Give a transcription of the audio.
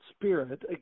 spirit